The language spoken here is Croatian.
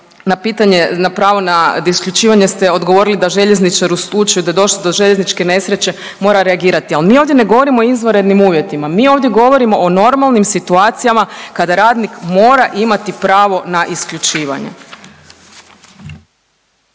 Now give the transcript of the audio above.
se ne razumije./… ste odgovorili da željezničar u slučaju da je došlo do željezničke nesreće mora reagirati. Ali mi ovdje ne govorimo o izvanrednim uvjetima. Mi ovdje govorimo o normalnim situacijama kada radnik mora imati pravo na isključivanje.